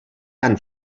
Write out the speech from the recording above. han